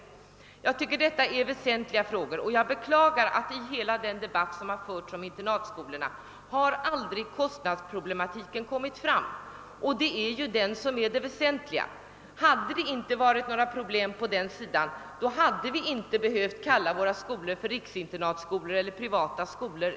Detta är enligt min mening väsentliga frågor. Jag beklagar att kostnadsproblematiken aldrig har kommit fram i den debatt som förts om internatskolorna. Det är ju den som är det väsentliga. Hade det inte funnits några problem på den sidan hade vi inte behövt kalla våra skolor för riksinternatskolor eller privata skolor.